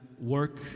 work